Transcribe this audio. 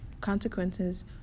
consequences